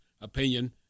opinion